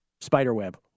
Spiderweb